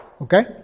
Okay